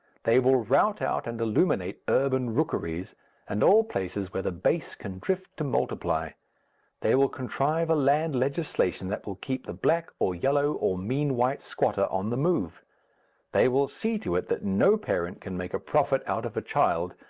they will rout out and illuminate urban rookeries and all places where the base can drift to multiply they will contrive a land legislation that will keep the black, or yellow, or mean-white squatter on the move they will see to it that no parent can make a profit out of a child,